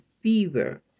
fever